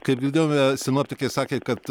kaip girdėjome sinoptikė sakė kad